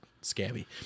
scabby